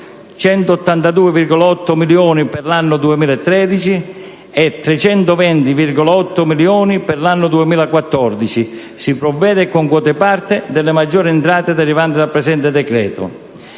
1.330 milioni per l'anno 2013 ed a 1.439 milioni per l'anno 2014, si provvede con quota parte delle maggiori entrate derivanti dal presente decreto.